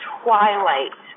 twilight